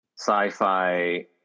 sci-fi